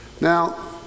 Now